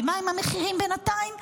ומה עם המחירים בינתיים?